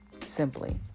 Simply